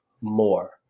more